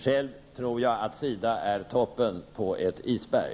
Själv tror jag att SIDA är toppen på ett isberg.